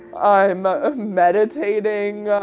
i'm meditating.